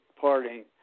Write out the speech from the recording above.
parting